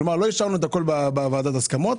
כלומר הם לא אישרו את הכול בוועדת ההסכמות.